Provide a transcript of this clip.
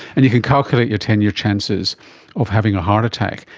and you can calculate your ten-year chances of having a heart attack.